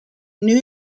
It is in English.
new